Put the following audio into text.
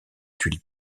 tuiles